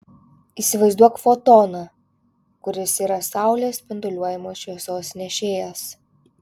įsivaizduok fotoną kuris yra saulės spinduliuojamos šviesos nešėjas